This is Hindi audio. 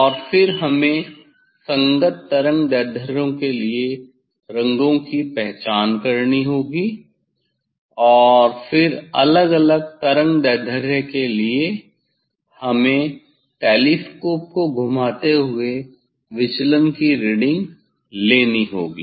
और फिर हमें संगत तरंगदैर्ध्यों के लिए रंगों की पहचान करनी होगी और फिर अलग अलग तरंगदैर्ध्य के लिए हमें टेलीस्कोप को घुमाते हुए विचलन की रीडिंग लेनी होगी